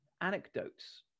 Anecdotes